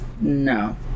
no